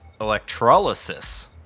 Electrolysis